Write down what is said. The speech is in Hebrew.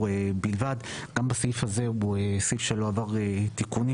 בלבד." זה גם סעיף שלא עבר תיקונים,